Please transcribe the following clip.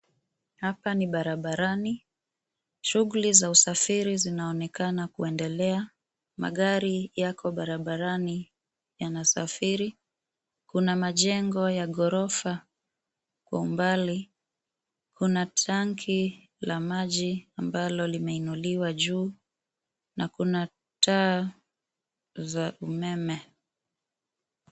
Hapa ni barabarani. Shughuli za usafiri zinaonekana kuendelea. Magari yako barabarani yanasafiri. Kuna majengo ya ghorofa kwa umbali. Kuna tanki la maji ambalo limeinuliwa juu na kuna taa za umeme.